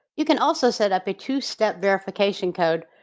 you can also set up a two step verification code,